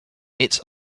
its